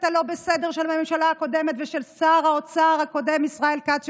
הלא-בסדר של הממשלה הקודמת ושל שר האוצר הקודם ישראל כץ,